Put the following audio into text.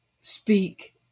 Speak